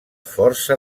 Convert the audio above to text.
força